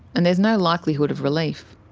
and there's no likelihood of relief.